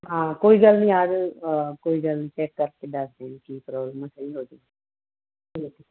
ਹਾਂ ਕੋਈ ਗੱਲ ਨੀ ਆਜੋ ਕੋਈ ਗੱਲ ਨੀ ਚੈੱਕ ਕਰਕੇ ਦੱਸ ਦਿੰਦੇ ਕੀ ਪ੍ਰੋਬਲਮ ਆ ਸਹੀ ਹੋਜੂ ਠੀਕ ਆ